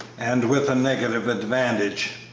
and with the negative advantage,